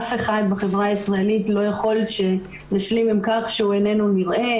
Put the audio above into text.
אף אחד בחברה הישראלית לא יכול להשלים עם קו שהוא איננו נשמע,